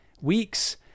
weeks